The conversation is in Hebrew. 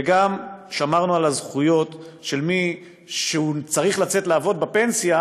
וגם שמרנו על הזכויות של מי שצריך לעבוד בפנסיה,